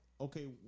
okay